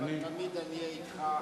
אבל תמיד אני אהיה אתך,